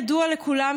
ידוע לכולם,